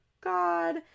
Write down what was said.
God